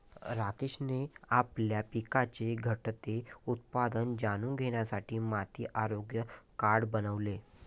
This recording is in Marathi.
राकेशने आपल्या पिकाचे घटते उत्पादन जाणून घेण्यासाठी माती आरोग्य कार्ड बनवले